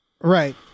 Right